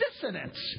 dissonance